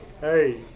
Hey